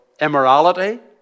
immorality